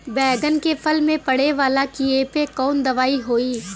बैगन के फल में पड़े वाला कियेपे कवन दवाई होई?